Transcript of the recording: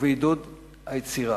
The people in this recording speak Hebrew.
ובעידוד היצירה.